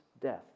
death